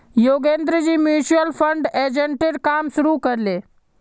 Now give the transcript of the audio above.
योगेंद्रजी mutual fund एजेंटेर काम शुरू कर ले